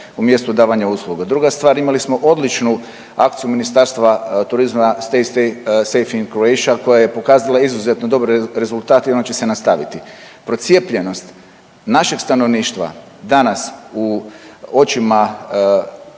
u mjestu davanja usluga. Druga stvar, imali smo odličnu akciju Ministarstva turizma „Safe stay in Croatia“ koja je pokazala izuzetno dobre rezultate i ona će se nastaviti. Procijepljenost našeg stanovništva danas u očima